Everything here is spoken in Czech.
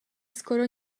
skoro